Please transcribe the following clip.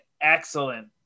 excellent